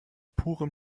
purem